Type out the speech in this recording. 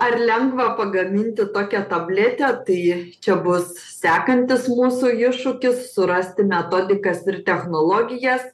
ar lengva pagaminti tokią tabletę tai čia bus sekantis mūsų iššūkis surasti metodikas ir technologijas